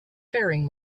faring